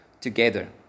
together